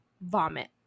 vomit